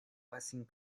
racing